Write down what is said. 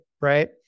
right